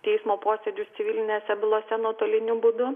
teismo posėdžius civilinėse bylose nuotoliniu būdu